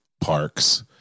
parks